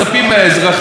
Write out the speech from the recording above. גם לטובתם,